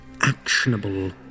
actionable